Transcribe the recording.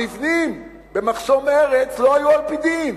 המבנים במחסום ארז לא היו על-פי דין.